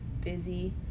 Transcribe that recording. busy